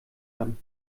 kann